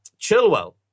Chilwell